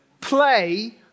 Play